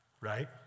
right